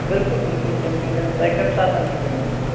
بِلکُل بِلکُل تِم میلن تۄہہِ کَمہِ ساتہٕ چھُو یُن